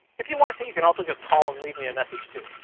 if you want to, you can also just call, and leave me a message too.